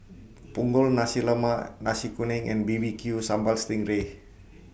Punggol Nasi Lemak Nasi Kuning and B B Q Sambal Sting Ray